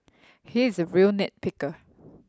he is a real nit picker